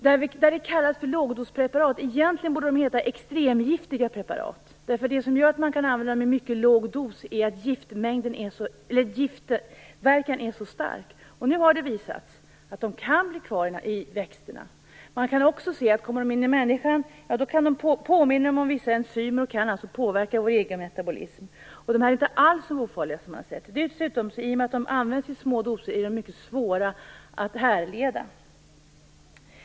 Det kallas lågdospreparat, men det borde egentligen heta extremgiftigt preparat. Det som gör att det kan användas i mycket låg dos är att giftverkan är så stark. Det har nu visat sig att det kan bli kvar i växterna. Det har också visat sig, att om det kommer in i människan påminner det om vissa enzymer och kan påverka vår egen metabolism. Det är inte alls ett så ofarligt preparat som har påståtts. I och med att det används i små doser är det mycket svårt att härleda.